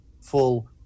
full